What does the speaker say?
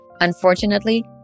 Unfortunately